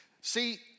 See